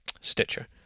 Stitcher